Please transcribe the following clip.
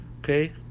Okay